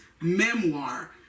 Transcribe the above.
memoir